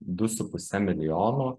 du su puse milijono